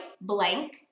blank